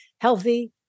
healthy